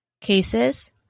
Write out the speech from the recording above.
cases